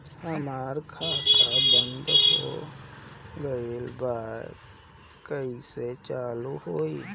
हमार खाता बंद हो गइल बा कइसे चालू होई?